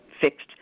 fixed